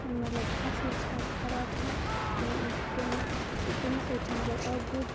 مطلب اَصٕل چھا خراب چھا کِنہٕ نہ تَمے سۭتۍ چھُ مطلب اکھ بوٚڑ